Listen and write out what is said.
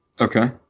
Okay